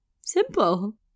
Simple